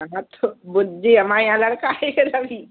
हाँ हाँ तो जी हमाए यहाँ लड़का